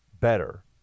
better